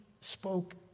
spoke